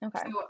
okay